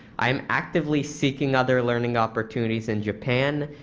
i'm actively seeking other learning opportunities in japan,